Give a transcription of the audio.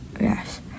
Yes